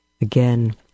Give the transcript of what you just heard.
Again